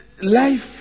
life